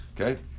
Okay